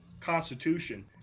Constitution